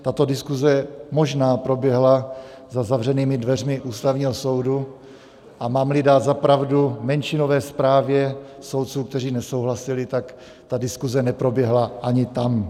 Tato diskuze možná proběhla za zavřenými dveřmi Ústavního soudu, a mámli dát za pravdu menšinové zprávě soudců, kteří nesouhlasili, tak ta diskuze neproběhla ani tam.